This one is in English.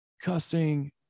cussing